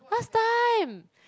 first time